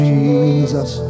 Jesus